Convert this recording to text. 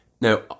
Now